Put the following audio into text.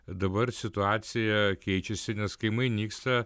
dabar situacija keičiasi nes kaimai nyksta